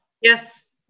Yes